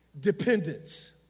dependence